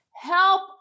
Help